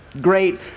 great